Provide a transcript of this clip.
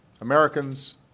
Americans